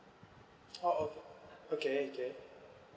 oh okay okay okay